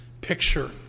picture